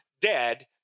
dead